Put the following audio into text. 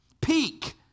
Peak